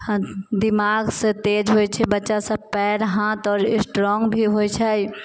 दिमाग से तेज होइत छै बच्चा सब पैर हाथ आओर स्ट्रोङ्ग भी होइत छै